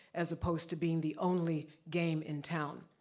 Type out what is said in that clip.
as opposed to being the only game in town.